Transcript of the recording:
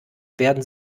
werden